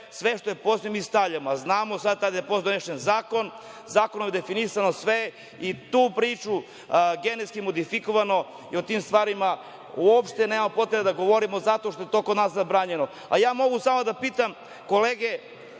sve što je pozitivno mi stavljamo. Znamo kada je donet zakon, zakonom je definisano sve i tu priču, genetski modifikovano i o tim stvarima uopšte nemamo potrebe da govorimo zato što je to kod nas zabranjeno. Mogu samo da pitam kolege